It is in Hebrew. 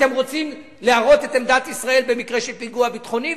אתם רוצים להראות את עמדת ישראל במקרה של פיגוע ביטחוני?